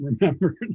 remembered